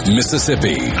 Mississippi